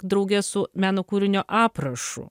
drauge su meno kūrinio aprašu